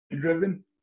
driven